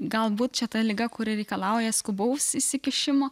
galbūt čia ta liga kuri reikalauja skubaus įsikišimo